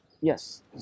yes